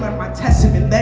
my testament